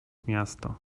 miasto